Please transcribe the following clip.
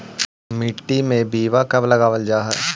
मिट्टी में बिरवा कब लगावल जा हई?